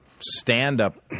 stand-up